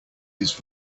his